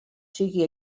sigui